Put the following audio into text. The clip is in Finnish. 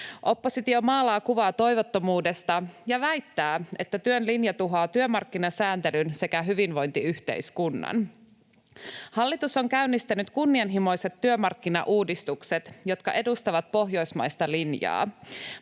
Oppositio maalaa kuvaa toivottomuudesta ja väittää, että työn linja tuhoaa työmarkkinasääntelyn sekä hyvinvointiyhteiskunnan. Hallitus on käynnistänyt kunnianhimoiset työmarkkinauudistukset, jotka edustavat pohjoismaista linjaa.